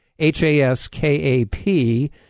H-A-S-K-A-P